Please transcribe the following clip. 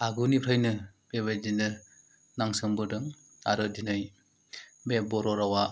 आगुनिफ्रायनो बे बायदिनो नांसोमबोदों आरो दिनै बे बर' रावा